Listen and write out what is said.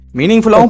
meaningful